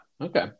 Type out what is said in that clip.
okay